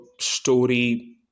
story